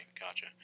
gotcha